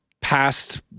past